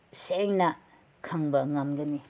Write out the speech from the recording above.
ꯁꯦꯡꯅ ꯈꯪꯕ ꯉꯝꯒꯅꯤ